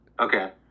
Okay